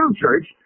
church